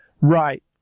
Right